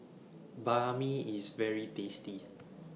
Banh MI IS very tasty